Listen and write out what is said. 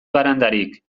barandarik